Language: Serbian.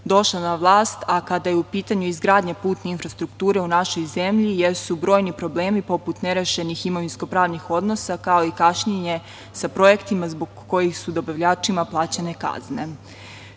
došla na vlast a kada je u pitanju izgradnja putne infrastrukture u našoj zemlji jesu brojni problemi poput nerešenih imovinsko-pravnih odnosa, kao i kašnjenje sa projektima zbog kojih su dobavljačima plaćane kazne. To